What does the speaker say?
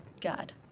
god